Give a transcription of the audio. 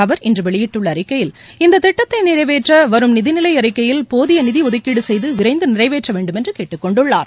அவர் இன்று வெளியிட்டுள்ள அறிக்கையில் இந்த திட்டத்தை நிறைவேற்ற வரும் நிதிநிலை அறிக்கையில் போதிய நிதி ஒதுக்கீடு செய்து விரைந்து நிறைவேற்ற வேண்டுமென்று கேட்டுக் கொண்டுள்ளார்